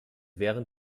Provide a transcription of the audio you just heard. während